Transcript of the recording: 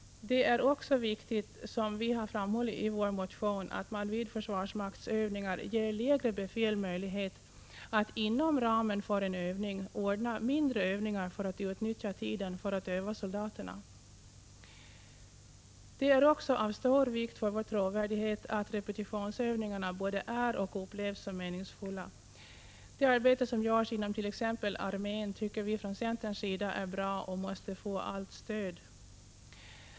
Det är också viktigt, som vi framhållit i vår motion, att man vid försvarsmaktsövningar ger lägre befäl möjlighet att inom ramen för en övning ordna mindre övningar för att utnyttja tiden för att öva soldaterna. Det är också av stor vikt för vår trovärdighet att repetitionsövningarna både är och upplevs som meningsfulla. Det arbete som görs inomt.ex. armén tycker vi från centerns sida är bra, och det måste få allt stöd.